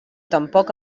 tampoc